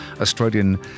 Australian